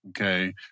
okay